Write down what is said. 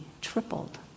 tripled